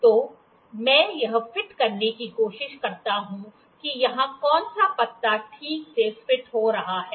तो मैं यह फिट करने की कोशिश करता हूं कि यहां कौन सा पत्ता ठीक से फिट हो रहा है